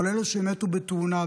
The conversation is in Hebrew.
אבל אלה שמתו בתאונה,